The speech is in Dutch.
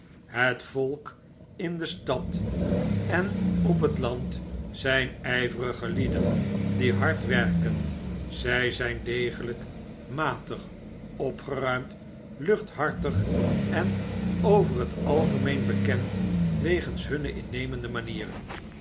het volk in de stad en op het land zyn iiverige lieden die hard werken zy zyn degelykmatig opgeruimd luchthartig en over t algemeen bekend wegens hunne innemende manieren